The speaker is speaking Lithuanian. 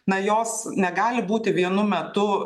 na jos negali būti vienu metu